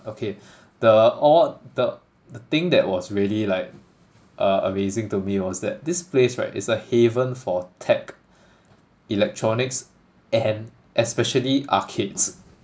okay the all the the thing that was really like uh amazing to me was that this place right is a haven for tech electronics and especially arcades